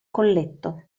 colletto